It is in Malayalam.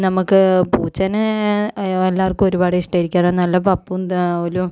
നമുക്ക് പൂച്ചേനെ യ എല്ലാർക്കും ഒരുപാട് ഇഷ്ടായിരിക്കും കാരണം നല്ല പപ്പും തൂവലും